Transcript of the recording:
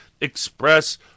express